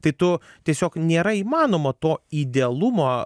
tai tu tiesiog nėra įmanoma to idealumo